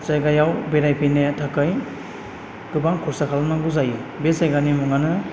जायगायाव बेरायफैनो थाखाय गोबां खरसा खालामनांगौ जायो बे जायगानि मुङानो